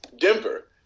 Denver